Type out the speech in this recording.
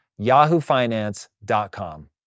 yahoofinance.com